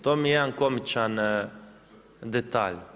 To mi je jedan komičan detalj.